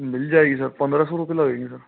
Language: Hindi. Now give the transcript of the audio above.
मिल जाएगी सर पंद्रह सौ रुपये लगेंगे सर